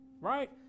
right